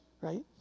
right